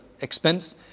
expense